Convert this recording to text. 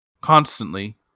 constantly